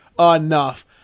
enough